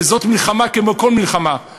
וזאת מלחמה כמו כל מלחמה,